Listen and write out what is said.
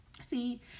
See